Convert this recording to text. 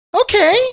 Okay